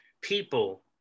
people